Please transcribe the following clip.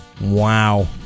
Wow